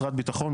משרד ביטחון,